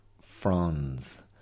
fronds